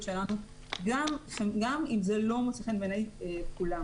שלנו גם אם זה לא מוצא חן בעיני כולם.